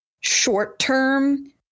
short-term